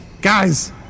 Guys